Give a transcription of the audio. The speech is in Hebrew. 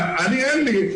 אין לי,